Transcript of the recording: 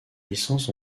licence